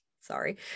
sorry